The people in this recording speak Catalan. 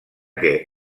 que